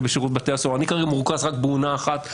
ששירות בתי הסוהר אבל אני כרגע מרוכז רק באונה אחת.